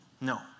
No